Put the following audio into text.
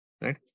right